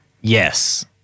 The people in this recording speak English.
Yes